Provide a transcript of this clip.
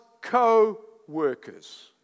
co-workers